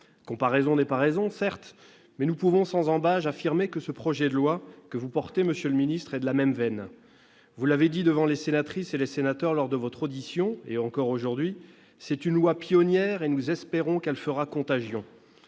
Comparaison n'est pas raison, certes, mais nous pouvons, sans ambages, affirmer que ce projet de loi que vous portez, monsieur le ministre d'État, est de la même veine. Vous l'avez dit devant les sénatrices et les sénateurs lors de votre audition, et l'avez répété aujourd'hui : il s'agit d'une loi pionnière, et nous espérons qu'elle fera contagion.